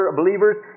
believers